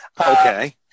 Okay